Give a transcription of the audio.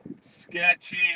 Sketchy